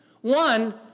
One